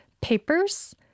Papers